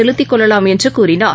செலுத்திக் கொள்ளலாம் என்றுகூறினார்